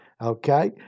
okay